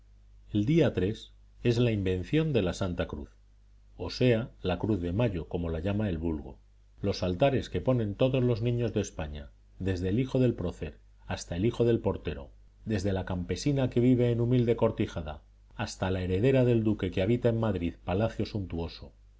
el día es la invención de la santa cruz o sea la cruz de mayo como la llama el vulgo los altares que ponen todos los niños de españa desde el hijo del prócer hasta el hijo del portero desde la campesina que vive en humilde cortijada hasta la heredera del duque que habita en madrid palacio suntuoso